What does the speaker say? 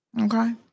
okay